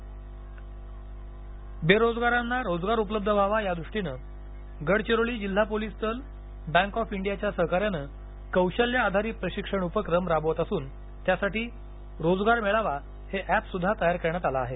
गडचिरोली बेरोजगारांना रोजगार उपलब्ध व्हावा या द्रष्टीनं गडचिरोली जिल्हा पोलिस दल बँक ऑफ इंडियाच्या सहकार्यानं कौशल्य आधारीत प्रशिक्षण उपक्रम राबवत असून त्यासाठी रोजगार मेळावा हे एपही तयार करण्यात आलं आहे